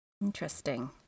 Interesting